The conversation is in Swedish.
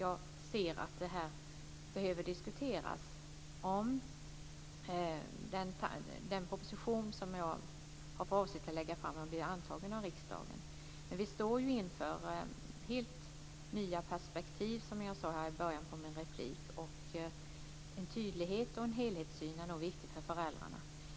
Jag ser ändå att det här behöver diskuteras om den proposition som jag har för avsikt att lägga fram blir antagen av riksdagen. Vi står, som jag sade i början av min replik, inför helt nya perspektiv. En tydlighet och en helhetssyn är nog viktig för föräldrarna.